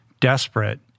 desperate